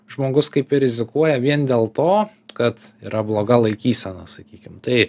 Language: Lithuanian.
žmogus kaip ir rizikuoja vien dėl to kad yra bloga laikysena sakykim tai